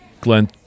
Glenn